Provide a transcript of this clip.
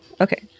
okay